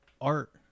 art